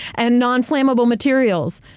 and non-flammable materials.